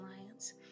Alliance